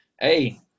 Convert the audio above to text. Hey